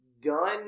done